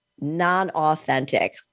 non-authentic